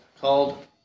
called